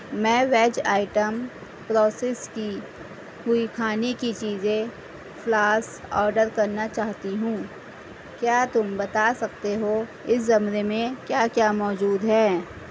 میں veg item process کی ہوئی کھانے کی چیزیں فلاسک آڈر کرنا چاہتی ہوں کیا تم بتا سکتے ہو اس زمرے میں کیا کیا موجود ہیں